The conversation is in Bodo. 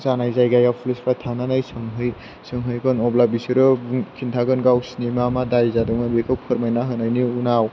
जानाय जायगायाव पुलिसफ्रा थांनानै सोंहैगोन अब्ला बिसोरो खिन्थागोन गावसोरनि मा मा दाय जादोंमोन बेखौ फोरमायना होनायनि उनाव